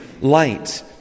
light